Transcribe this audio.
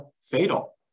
fatal